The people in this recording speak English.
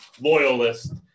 loyalist